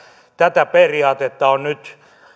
tätä periaatetta on